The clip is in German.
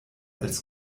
als